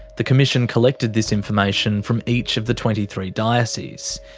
the commission collected this information from each of the twenty three dioceses.